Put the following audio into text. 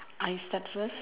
I start first